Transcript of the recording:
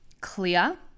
clear